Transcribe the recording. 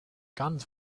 guns